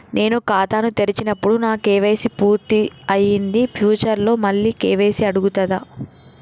నేను ఖాతాను తెరిచినప్పుడు నా కే.వై.సీ పూర్తి అయ్యింది ఫ్యూచర్ లో మళ్ళీ కే.వై.సీ అడుగుతదా?